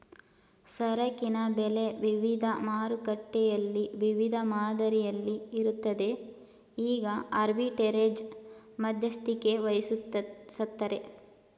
ಸರಕಿನ ಬೆಲೆ ವಿವಿಧ ಮಾರುಕಟ್ಟೆಯಲ್ಲಿ ವಿವಿಧ ಮಾದರಿಯಲ್ಲಿ ಇರುತ್ತದೆ ಈಗ ಆರ್ಬಿಟ್ರೆರೇಜ್ ಮಧ್ಯಸ್ಥಿಕೆವಹಿಸತ್ತರೆ